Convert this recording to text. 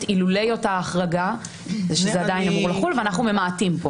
אילולא אותה החרגה זה שזה עדיין אמור לחול ואנחנו ממעטים פה.